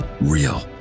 real